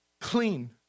clean